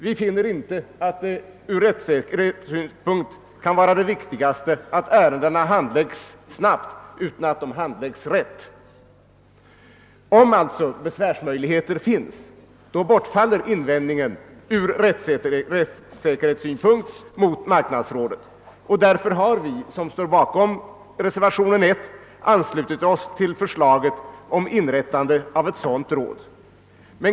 Vi finner inte att det viktigaste ur rättssäkerhetssynpunkt är att ärendena handläggs snabbt utan att de handläggs rätt. Om besvärsmöjligheter finns, bortfaller invändningen ur rättssäkerhetssynpunkt mot marknadsrådet, och därför har vi som står bakom reservationen I anslutit oss till förslaget om inrättande av ett sådant råd.